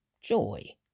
joy